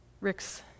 Rick's